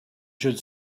should